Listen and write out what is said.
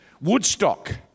Woodstock